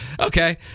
okay